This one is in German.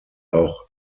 auch